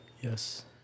Yes